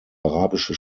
arabische